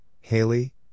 Haley